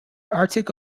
arctic